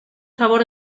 favor